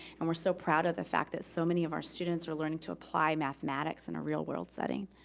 and we're so proud of the fact that so many of our students are learning to apply mathematics in a real world setting.